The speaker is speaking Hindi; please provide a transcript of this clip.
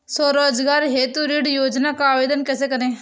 स्वरोजगार हेतु ऋण योजना का आवेदन कैसे करें?